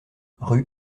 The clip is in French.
rue